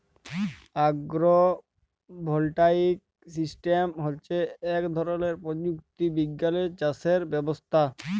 আগ্র voltaic system হচ্যে ইক ধরলের প্রযুক্তি বিজ্ঞালের চাসের ব্যবস্থা